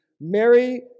Mary